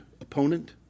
opponent